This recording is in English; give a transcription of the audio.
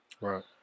right